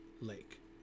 lake